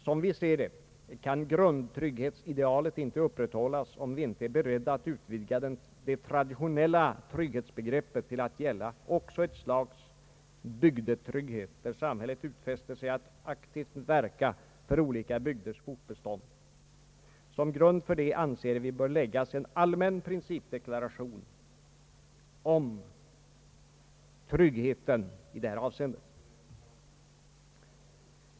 Som vi ser det kan grundtrygghetsidealet inte upprätthållas, om vi inte är beredda att utvidga det traditionella trygghetsbegreppet till att gälla också ett slags bygdetrygghet, där samhället utfäster sig att aktivt verka för olika bygders fortbestånd. Som grund för detta anser vi bör läggas en allmän principdeklaration om bygdetrygghet.